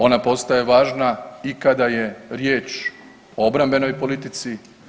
Ona postaje važna i kada je riječ o obrambenoj politici.